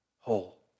whole